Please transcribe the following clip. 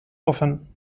offen